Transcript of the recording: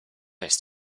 jest